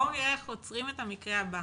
בואו נראה איך עוצרים את המקרה הבא.